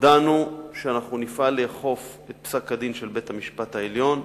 הודענו שאנחנו נפעל לאכוף את פסק-הדין של בית-המשפט העליון.